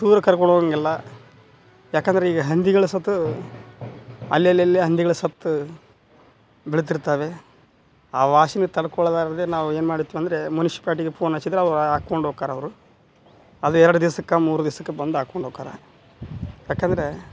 ದೂರ ಕರ್ಕೊಂಡು ಹೋಗಂಗಿಲ್ಲ ಯಾಕಂದರೆ ಈಗ ಹಂದಿಗಳು ಸತ್ತು ಅಲ್ಲೆಲ್ಲೆಲ್ಲಿ ಹಂದಿಗಳು ಸತ್ತು ಬೀಳತಿರ್ತವೆ ಆ ವಾಸನೆ ತಡ್ಕೊಳಲಾರದೆ ನಾವೇನು ಮಾಡುತ್ತೀವಂದ್ರೆ ಮುನ್ಶಿಪಾಲ್ಟಿಗೆ ಪೋನ್ ಹಚ್ಚಿದ್ರೆ ಅವ್ರು ಹಾಕ್ಕೊಂಡ್ ಹೋಕ್ಕರ್ ಅವರು ಅಲ್ಲಿ ಎರಡು ದಿಸಕ್ಕೆ ಮೂರು ದಿಸಕ್ಕೆ ಬಂದು ಹಾಕ್ಕೊಂಡ್ ಹೋಕ್ಕಾರ ಯಾಕಂದರೆ